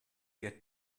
get